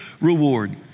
reward